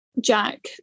Jack